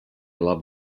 love